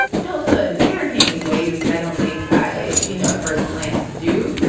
adult hood and parenting in ways that i don't think i, you know, at first glance do.